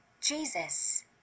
Jesus